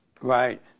right